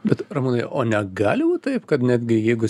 bet ramūnai o negali būt taip kad netgi jeigu